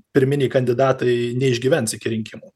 pirminiai kandidatai neišgyvens iki rinkimų